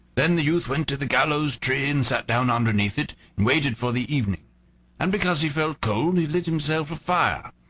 then the youth went to the gallows-tree and sat down underneath it, and waited for the evening and because he felt cold he lit himself a fire.